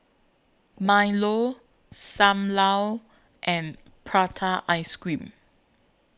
Milo SAM Lau and Prata Ice Cream